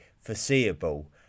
foreseeable